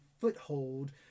foothold